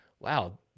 wow